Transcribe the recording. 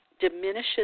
diminishes